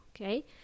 okay